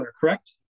correct